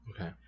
Okay